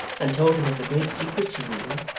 and told him of the great secrets he knew,